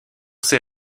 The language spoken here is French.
ces